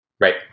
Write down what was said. Right